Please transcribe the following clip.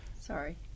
Sorry